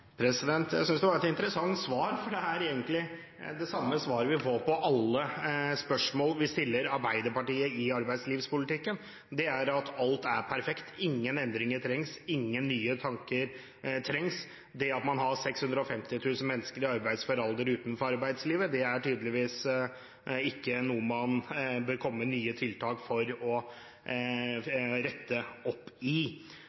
Jeg synes det var et interessant svar, for det er egentlig det samme svaret vi får på alle spørsmål vi stiller Arbeiderpartiet om arbeidslivspolitikken, nemlig at alt er perfekt, ingen endringer trengs, ingen nye tanker trengs. Det at man har 650 000 mennesker i arbeidsfør alder utenfor arbeidslivet, er tydeligvis ikke noe man bør komme med nye tiltak for å rette opp i.